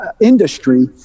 industry